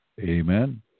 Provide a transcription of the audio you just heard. Amen